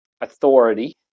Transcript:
authority